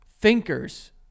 Thinkers